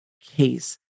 case